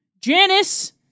Janice